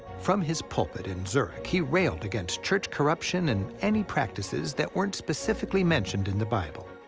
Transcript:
from his pulpit in zurich, he railed against church corruption and any practices that weren't specifically mentioned in the bible.